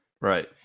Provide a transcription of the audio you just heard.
Right